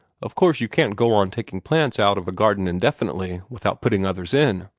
of course you can't go on taking plants out of a garden indefinitely without putting others in.